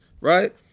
right